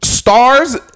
Stars